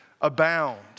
abound